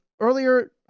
earlier